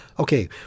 Okay